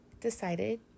decided